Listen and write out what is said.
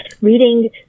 reading